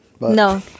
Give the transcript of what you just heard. No